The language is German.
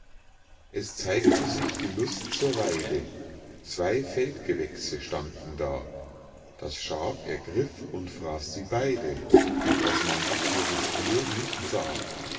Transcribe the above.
es zeigte sich die lust zur weide zwei feldgewächse standen da das schaf ergriff und fraß sie beide daß man auch ihre spur nicht sah